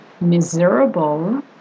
miserable